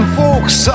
folks